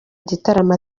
gitaramo